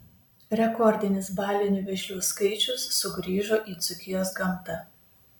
rekordinis balinių vėžlių skaičius sugrįžo į dzūkijos gamtą